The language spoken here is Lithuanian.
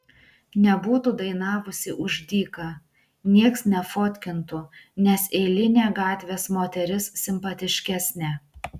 nebūtų dainavusi už dyką nieks nefotkintų nes eilinė gatvės moteris simpatiškesnė